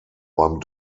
beim